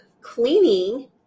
cleaning